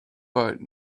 but